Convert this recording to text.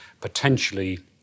potentially